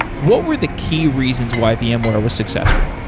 what were the key reasons why vmware was successful?